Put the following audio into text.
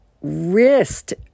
wrist